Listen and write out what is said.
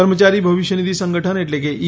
કર્મચારી ભવિષ્ય નિધિ સંગઠન એટલે કે ઈ